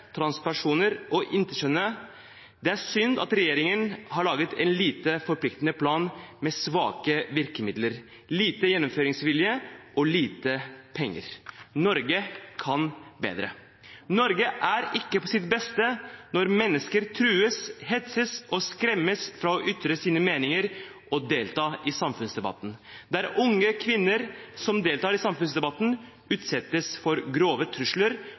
transpersoner og interkjønnete. Det er synd at regjeringen har laget en lite forpliktende plan med svake virkemidler, liten gjennomføringsvilje og lite penger. Norge kan bedre. Norge er ikke på sitt beste når mennesker trues, hetses og skremmes fra å ytre sine meninger og delta i samfunnsdebatten, der unge kvinner som deltar i samfunnsdebatten, utsettes for grove trusler,